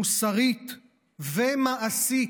מוסרית ומעשית.